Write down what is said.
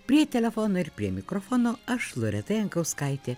prie telefono ir prie mikrofono aš loreta jankauskaitė